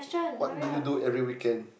what do you do every weekend